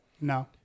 no